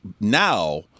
now